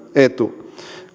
etu